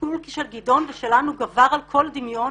שהתסכול של גדעון ושלנו גבר על כל דמיון